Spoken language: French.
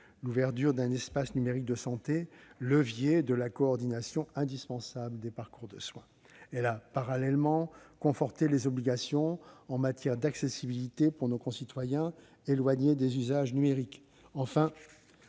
l'ouverture d'un espace numérique de santé, levier de la coordination indispensable des parcours de soins. Parallèlement, elle a conforté les obligations en matière d'accessibilité pour nos concitoyens éloignés des usages numériques.